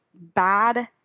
bad